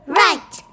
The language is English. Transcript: right